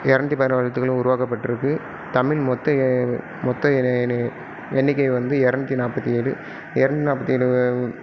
இரநூத்தி பதினாறு எழுத்துக்களும் உருவாக்கப்பட்டிருக்கு தமிழ் மொத்தம் மொத்தம் எண்ணிக்கையை வந்து இரநூத்தி நாற்பத்தி ஏழு இரநூத்தி நாற்பத்தி ஏழு